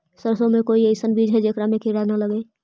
सरसों के कोई एइसन बिज है जेकरा में किड़ा न लगे?